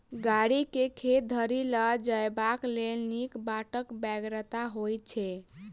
गाड़ी के खेत धरि ल जयबाक लेल नीक बाटक बेगरता होइत छै